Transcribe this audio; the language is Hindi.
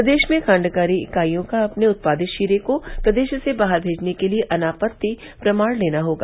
प्रदेश में खांडसारी इकाइयों का अपने उत्पादित शीरे को प्रदेश से बाहर भेजने के लिए अनापति प्रमाण लेना होगा